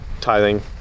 tithing